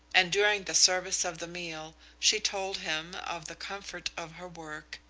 and during the service of the meal she told him of the comfort of her work,